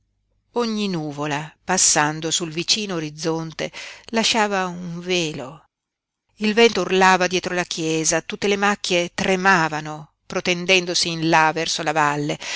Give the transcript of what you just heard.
ogni nuvola passando sul vicino orizzonte lasciava un velo il vento urlava dietro la chiesa tutte le macchie tremavano protendendosi in là verso la valle